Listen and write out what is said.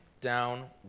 down